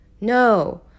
no